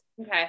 Okay